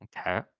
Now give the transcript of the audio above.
Okay